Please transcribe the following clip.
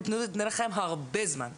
יינתן לכם הרבה זמן.